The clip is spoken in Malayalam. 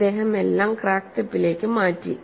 അദ്ദേഹം എല്ലാം ക്രാക്ക് ടിപ്പിലേക്ക് മാറ്റി